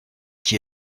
qui